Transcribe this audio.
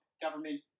government